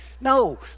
no